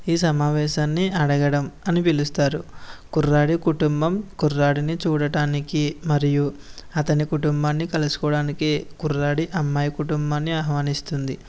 ఈ సమావేశాన్ని అడగడం అని పిలుస్తారు కుర్రాడి కుటుంబం కుర్రాడిని చూడటానికి మరియు అతని కుటుంబాన్ని కలుసుకోవడానికి కుర్రాడి అమ్మాయి కుటుంబాన్ని ఆహ్వానిస్తుంది